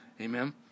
Amen